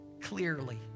clearly